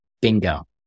Bingo